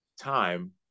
time